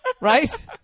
Right